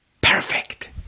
Perfect